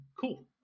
cool